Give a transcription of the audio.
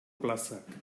plazak